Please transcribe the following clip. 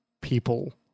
people